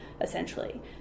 essentially